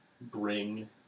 bring